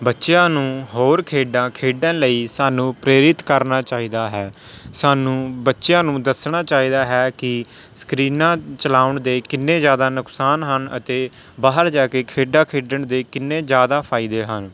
ਬੱਚਿਆਂ ਨੂੰ ਹੋਰ ਖੇਡਾਂ ਖੇਡਣ ਲਈ ਸਾਨੂੰ ਪ੍ਰੇਰਿਤ ਕਰਨਾ ਚਾਹੀਦਾ ਹੈ ਸਾਨੂੰ ਬੱਚਿਆਂ ਨੂੰ ਦੱਸਣਾ ਚਾਹੀਦਾ ਹੈ ਕਿ ਸਕਰੀਨਾਂ ਚਲਾਉਣ ਦੇ ਕਿੰਨੇ ਜ਼ਿਆਦਾ ਨੁਕਸਾਨ ਹਨ ਅਤੇ ਬਾਹਰ ਜਾ ਕੇ ਖੇਡਾਂ ਖੇਡਣ ਦੇ ਕਿੰਨੇ ਜ਼ਿਆਦਾ ਫਾਇਦੇ ਹਨ